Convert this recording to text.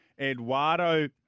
Eduardo